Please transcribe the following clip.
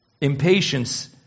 Impatience